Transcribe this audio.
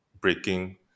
breaking